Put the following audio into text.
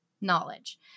Knowledge